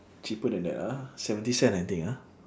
cheaper than that ah seventy cent I think ah